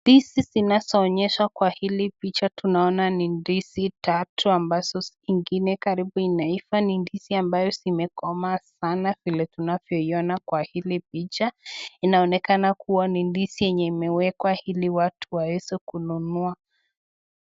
Ndizi zinaoonyeshwa kwa hili picha tunaona ni ndizi tatu ambazo zingine karibu inaiva. Ni ndizi ambayo zimekomaa sana vile tunavyoiona kwa hili picha. Inaonekana kuwa ni ndizi yenye imewekwa ili watu waweze kununua.